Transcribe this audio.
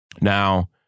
Now